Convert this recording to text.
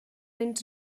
mynd